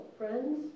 friends